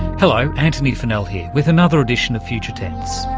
hello, antony funnell here with another edition of future tense.